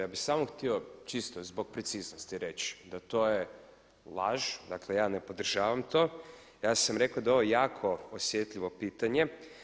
Ja bi samo htio čisto zbog preciznosti reći da to je laž, dakle ja ne podržavam to, ja sam rekao da je ovo jako osjetljivo pitanje.